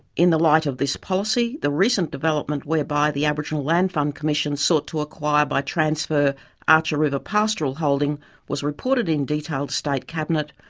in the light of this policy, the recent development whereby the aboriginal land fund commission sought to acquire by transfer archer river pastoral holding was reported in detail to state cabinet,